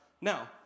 Now